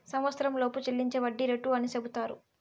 సంవచ్చరంలోపు చెల్లించే వడ్డీ రేటు అని సెపుతారు